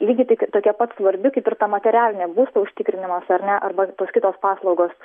lygiai tokia pat svarbi kaip ir ta materialinė būsto užtikrinimas ar ne arba tos kitos paslaugos